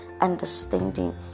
understanding